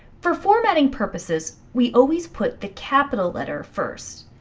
for formatting purposes, we always put the capital letter first.